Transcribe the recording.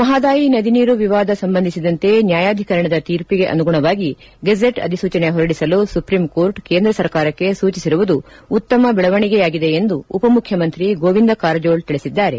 ಮಹದಾಯಿ ನದಿ ನೀರು ವಿವಾದ ಸಂಬಂಧಿಸಿದಂತೆ ನ್ನಾಯಾಧಿಕರಣದ ತೀರ್ಪಿಗೆ ಅನುಗುಣವಾಗಿ ಗೆಜೆಟ್ ಅಧಿಸೂಚನೆ ಹೊರಡಿಸಲು ಸುಪ್ರೀಂ ಕೋರ್ಟ್ ಕೇಂದ್ರ ಸರ್ಕಾರಕ್ಕೆ ಸೂಚಿಸಿರುವುದು ಉತ್ತಮ ಬೆಳವಣಿಗೆಯಾಗಿದೆ ಎಂದು ಉಪಮುಖ್ಯಮಂತ್ರಿ ಗೋವಿಂದ ಕಾರಜೋಳ ತಿಳಿಸಿದ್ದಾರೆ